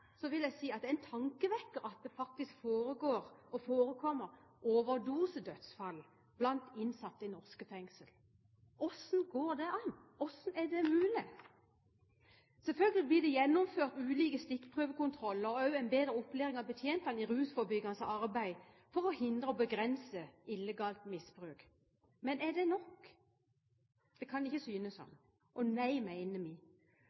vil iallfall si at det er en tankevekker at det faktisk forekommer overdosedødsfall blant innsatte i norske fengsler. Hvordan går det an? Hvordan er det mulig? Selvfølgelig blir det gjennomført ulike stikkprøvekontroller og også en bedre opplæring av betjenter i rusforebyggende arbeid for å hindre og begrense illegalt misbruk. Men er det nok? Det kan ikke synes sånn – og nei, mener vi.